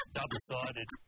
double-sided